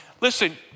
Listen